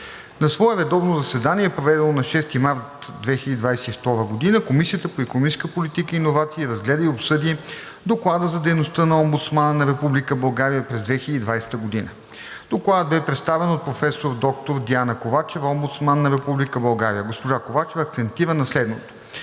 На свое редовно заседание, проведено на 6 март 2022 г., Комисията по икономическа политика и иновации разгледа и обсъди Доклада за дейността на Омбудсмана на Република България през 2020 г. Докладът бе представен от професор доктор Диана Ковачева – Омбудсман на Република България. Госпожа Ковачева акцентира на следното: